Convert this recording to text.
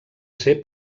ser